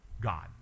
God